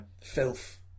Filth